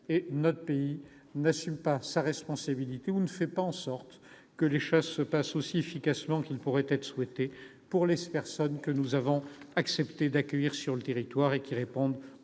Notre pays n'assume pas sa responsabilité ou ne fait pas en sorte que les choses se passent si efficacement que l'on pourrait le souhaiter, pour les personnes que nous avons accepté d'accueillir sur le territoire et qui bénéficient